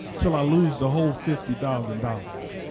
till i lose the whole fifty thousand dollars.